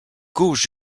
gauche